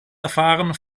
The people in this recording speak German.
erfahren